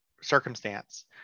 circumstance